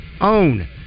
own